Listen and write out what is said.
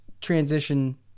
transition